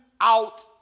out